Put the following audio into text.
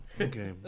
Okay